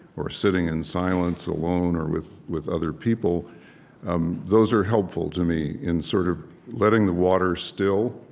or sitting in silence alone or with with other people um those are helpful to me in sort of letting the waters still,